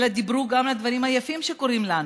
אלא דיברו גם על הדברים היפים שקורים לנו,